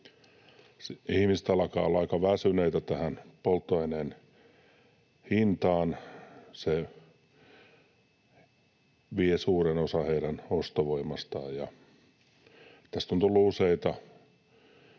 Ihmiset alkavat olla aika väsyneitä tähän polttoaineen hintaan. Se vie suuren osan heidän ostovoimastaan, ja tästä on tullut useita